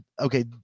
okay